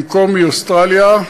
במקום מאוסטרליה.